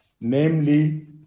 namely